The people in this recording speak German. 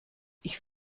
ich